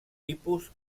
tipus